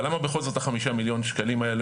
אבל למה בכל זאת החמישה מיליון שקלים האלה,